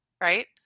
right